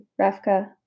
Rafka